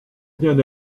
bien